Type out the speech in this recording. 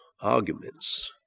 arguments